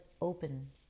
open